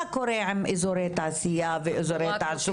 מה קורה עם אזור תעשייה ותעסוקה,